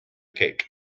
cake